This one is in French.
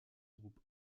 groupe